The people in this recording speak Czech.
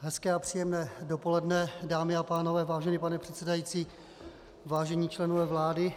Hezké a příjemné dopoledne, dámy a pánové, vážený pane předsedající, vážení členové vlády.